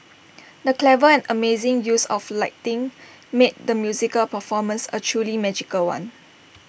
the clever and amazing use of lighting made the musical performance A truly magical one